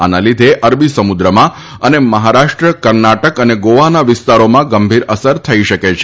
આના લીધે અરબી સમુદ્રમાં અને મહારાષ્ટ્ર કર્ણાટક અને ગોવાના વિસ્તારોમાં ગંભીર અસર થઈ શકે છે